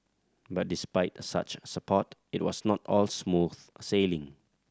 but despite such support it was not all smooth sailing